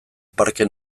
parke